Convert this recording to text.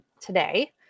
today